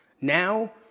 Now